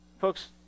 Folks